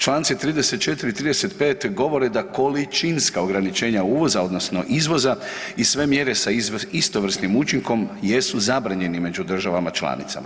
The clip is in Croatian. Članci 34., 35. govore da količinska ograničenja uvoza odnosno izvoza i sve mjere sa istovrsnim učinkom jesu zabranjeni među državama članicama.